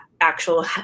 actual